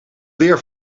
weer